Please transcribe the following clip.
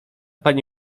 pani